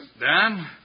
Dan